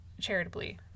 Charitably